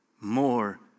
more